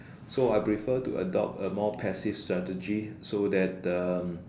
so I prefer to adopt a more passive strategy so that um